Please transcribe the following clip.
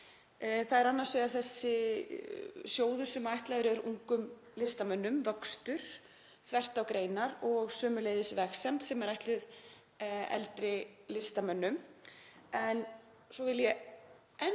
Það er annars vegar þessi sjóður sem ætlaður er ungum listamönnum, Vöxtur, þvert á greinar og sömuleiðis Vegsemd, sem er ætlaður eldri listamönnum.